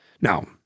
Now